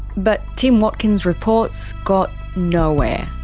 but tim watkins reports got nowhere.